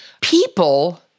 People